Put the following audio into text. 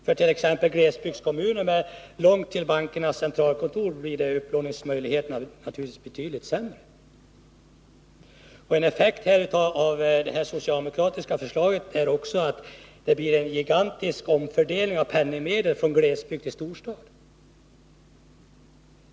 För glesbygdskommuner, som har långt till bankernas centralkontor, blir upplåningsmöjligheterna naturligtvis betydligt sämre. En annan effekt av det socialdemokratiska förslaget är en gigantisk omfördelning av penningmedel från glesbygd till storstad.